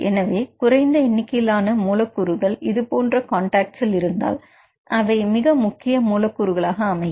எனவே குறைந்த எண்ணிக்கையிலான மூலக்கூறுகள் இதுபோன்றகான்டக்ட் இருந்தால் அவை மிக முக்கிய மூலக்கூறுகளாக அமையும்